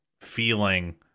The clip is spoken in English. feeling